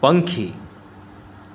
પંખી